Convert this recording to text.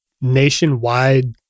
nationwide